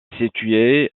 située